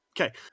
Okay